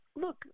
look